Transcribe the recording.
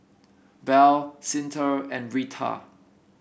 Bell Cyntha and Rita